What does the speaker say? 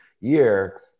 year